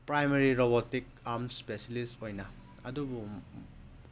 primary robotic arm specialist ꯑꯣꯏꯅ ꯑꯗꯨꯕꯨ